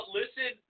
listen